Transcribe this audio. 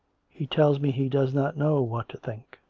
he tells me he does not know what to think.